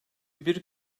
bir